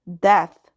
Death